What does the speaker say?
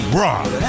rock